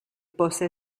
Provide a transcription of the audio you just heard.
possa